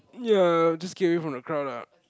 ya just get away from the crowd ah